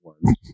one